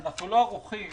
אנחנו לא ערוכים